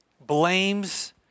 blames